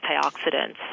antioxidants